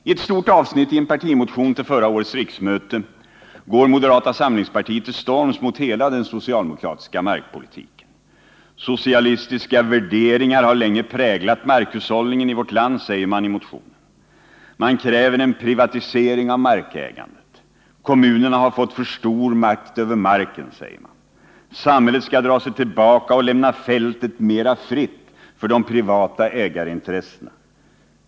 I ett stort avsnitt i en partimotion till förra årets riksmöte går moderata samlingspartiet till storms mot hela den socialdemokratiska markpolitiken. Socialistiska värderingar har länge präglat markhushållningen i vårt land, säger man i motionen. Man kräver en privatisering av markägandet. Kommunerna har fått för stor makt över marken. Samhället skall dra sig tillbaka och lämna fältet mera fritt för de privata ägarintressena.